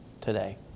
today